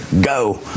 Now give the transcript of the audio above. Go